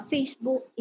Facebook